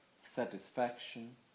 satisfaction